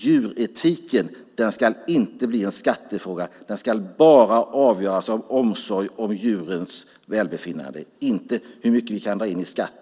Djuretiken ska inte bli en skattefråga. Den ska bara avgöras av omsorg om djurens välbefinnande, inte av hur mycket vi kan dra in i skatt.